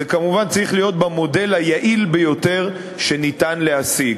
זה צריך להיות במודל היעיל ביותר שניתן להשיג.